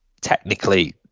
technically